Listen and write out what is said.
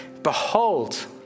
Behold